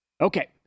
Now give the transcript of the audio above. Okay